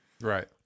Right